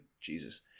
Jesus